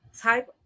type